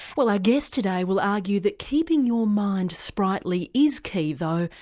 well our guest today will argue that keeping your mind sprightly is key though,